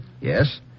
Yes